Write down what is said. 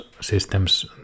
systems